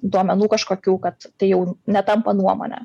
duomenų kažkokių kad tai jau netampa nuomone